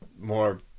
more